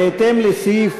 בהתאם לסעיף